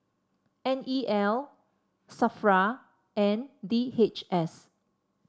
N E L Safra and D H S